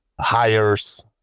hires